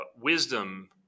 wisdom